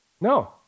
No